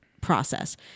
process